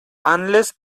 unless